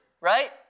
right